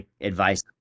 advice